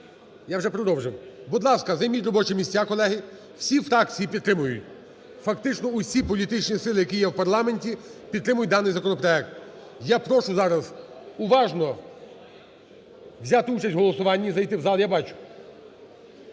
Я вже продовжив. Будь ласка, займіть робочі місця, колеги. Всі фракції підтримують, фактично всі політичні сили, які є в парламенті, підтримують даний законопроект. Я прошу зараз уважно взяти участь у голосуванні, зайти в зал. Прошу,